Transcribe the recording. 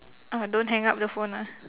uh don't hang up the phone ah